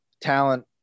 Talent